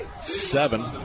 seven